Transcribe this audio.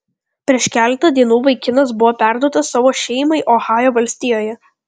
prieš keletą dienų vaikinas buvo perduotas savo šeimai ohajo valstijoje